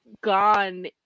gone